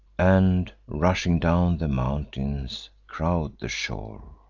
and, rushing down the mountains, crowd the shore.